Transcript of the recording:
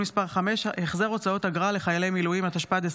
באייר התשפ"ד,